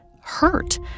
hurt